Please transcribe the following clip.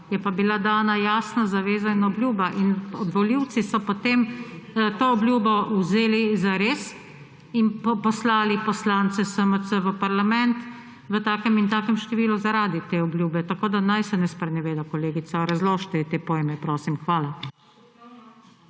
Je pa bila dana jasna zaveza in obljuba in volivci so, potem to obljubo vzeli za res in poslali poslance SMS v parlament v takem in takem številu, zaradi te obljube. Tako, da naj se ne spreneveda kolegica, razložite ji te pojme. Hvala.